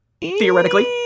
Theoretically